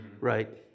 right